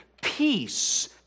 peace